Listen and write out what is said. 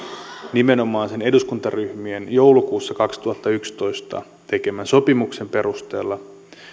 nimenomaan sen eduskuntaryhmien joulukuussa kaksituhattayksitoista tekemän sopimuksen perusteella